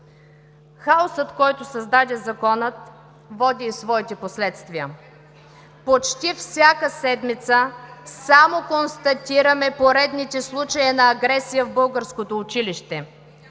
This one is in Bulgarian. Хаосът, който създаде Законът, води и своите последствия. Почти всяка седмица само констатираме поредните случаи на агресия в българското училище.